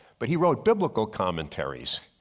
but he wrote biblical commentaries.